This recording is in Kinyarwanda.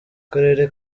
karere